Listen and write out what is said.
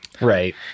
Right